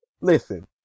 Listen